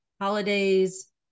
holidays